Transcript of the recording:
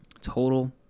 total